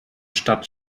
stadt